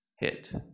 hit